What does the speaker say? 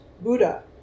Buddha